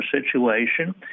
situation